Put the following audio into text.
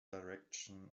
direction